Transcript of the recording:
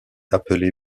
appelée